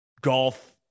Golf